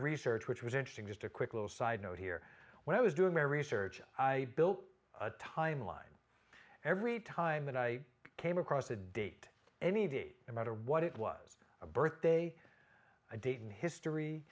research which was interesting just a quick little side note here when i was doing my research i built a timeline every time that i came across a date any of the amount or what it was a birthday a date in history